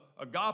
agape